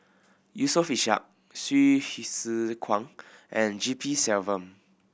Yusof Ishak Hsu Tse Kwang and G P Selvam